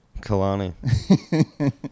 Kalani